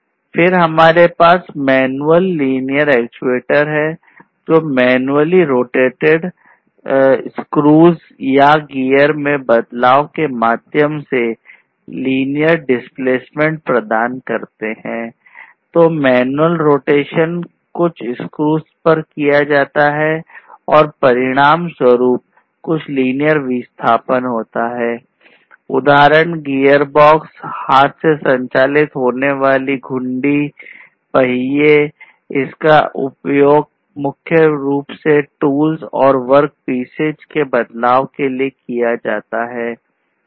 फिर हमारे पास मैनुअल लीनियर मे बदलाव के लिए किया जाता है